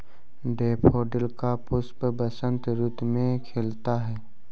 daffodil का पुष्प बसंत ऋतु में खिलता है